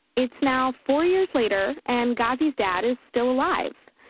it's now four years later, and ghazi's dad is still alive.